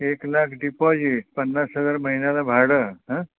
एक लाख डिपॉजिट पन्नास हजार महिन्याला भाडं अं